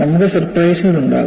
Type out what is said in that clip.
നമുക്ക് സർപ്രൈസുകൾ ഉണ്ടാകും